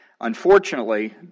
Unfortunately